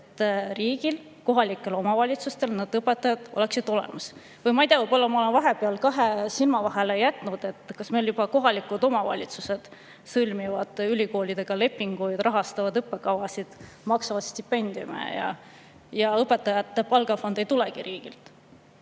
et kohalikel omavalitsustel õpetajad oleksid olemas. Ma ei tea, võib-olla mul on see kahe silma vahele jäänud, et juba kohalikud omavalitsused sõlmivad ülikoolidega lepinguid, rahastavad õppekavasid, maksavad stipendiume ja õpetajate palgafond ei tulegi riigilt.